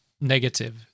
negative